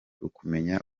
ukumenya